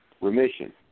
Remission